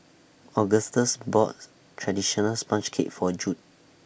Augustus bought Traditional Sponge Cake For Judd